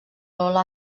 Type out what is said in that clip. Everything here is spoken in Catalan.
lola